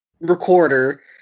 recorder